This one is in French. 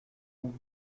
vous